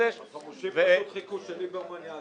ב- 2016 ליברמן העביר.